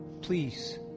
please